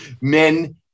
men